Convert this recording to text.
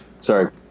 Sorry